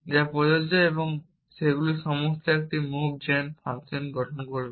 যা প্রযোজ্য এবং সেগুলি মূলত একটি মুভ জেন ফাংশন গঠন করবে